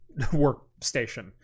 workstation